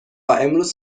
امروز